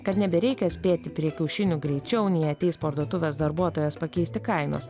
kad nebereikia spėti prie kiaušinių greičiau nei ateis parduotuvės darbuotojas pakeisti kainos